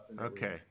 Okay